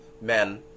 men